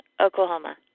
Oklahoma